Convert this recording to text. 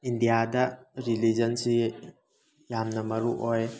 ꯏꯟꯗꯤꯌꯥꯗ ꯔꯤꯂꯤꯖꯟꯁꯤ ꯌꯥꯝꯅ ꯃꯔꯨ ꯑꯣꯏ